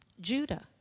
Judah